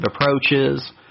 approaches